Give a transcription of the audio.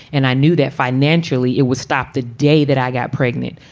and i knew that financially it was stopped the day that i got pregnant.